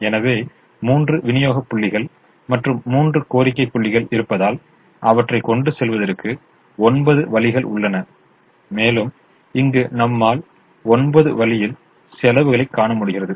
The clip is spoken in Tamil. எனவே மூன்று விநியோக புள்ளிகள் மற்றும் மூன்று கோரிக்கை புள்ளிகள் இருப்பதால் அவற்றை கொண்டு செல்வதற்கு ஒன்பது வழிகள் உள்ளன மேலும் இங்கு நம்மால் ஒன்பது வழியில் செலவுகளை காண முடிகிறது